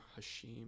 Hashim